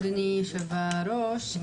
אדוני יושב-הראש,